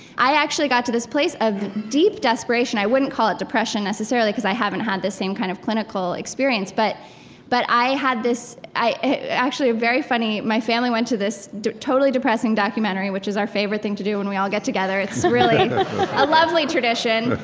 i actually got to this place of deep desperation. i wouldn't call it depression, necessarily, because i haven't had the same kind of clinical experience, but but i had this actually, very funny. my family went to this totally depressing documentary, which is our favorite thing to do when we all get together it's really a lovely tradition.